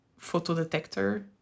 photodetector